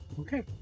Okay